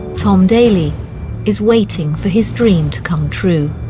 tom daley is waiting for his dream to come true.